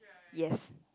yes